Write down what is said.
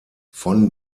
von